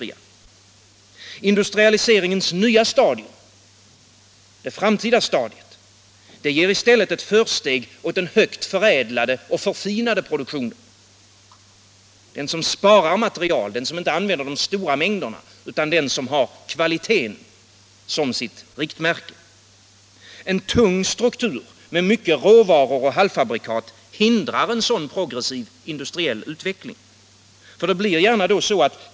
Industrialiseringens nya stadium, det framtida stadiet, ger försteg åt den mycket högt förädlade och förfinade produktionen, den som spar material, inte använder de stora mängderna, utan har kvalitet som sitt riktmärke. En tung struktur med mycket råvaror och halvfabrikat hindrar en sådan progressiv utveckling.